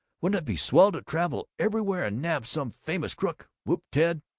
wouldn't it be swell to travel everywhere and nab some famous crook! whooped ted.